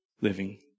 living